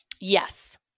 Yes